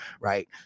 right